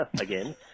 again